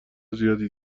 زیادی